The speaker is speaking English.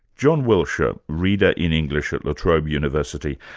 john wiltshire, ah reader in english at la trobe university,